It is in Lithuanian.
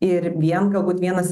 ir vien galbūt vienas